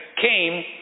came